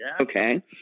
Okay